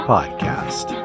Podcast